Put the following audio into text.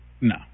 No